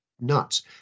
nuts